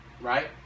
right